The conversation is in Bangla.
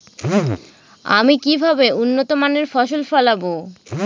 আমি কিভাবে উন্নত মানের ফসল ফলাব?